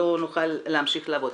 לא יוכלו להמשיך לעבוד.